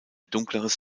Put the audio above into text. dunkleres